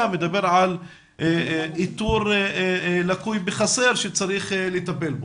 מדבר על איתור לקוי וחסר שצריך לטפל בו.